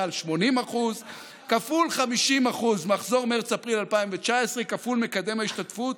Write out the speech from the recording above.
מעל 80% כפול 50% מחזור מרץ-אפריל 2019 כפול מקדם השתתפות